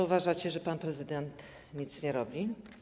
Uważacie, że pan prezydent nic nie robi.